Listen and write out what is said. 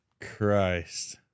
Christ